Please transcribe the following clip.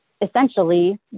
essentially